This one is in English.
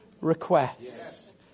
request